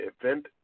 event